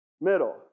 middle